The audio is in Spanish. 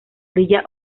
orilla